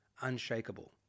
unshakable